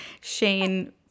Shane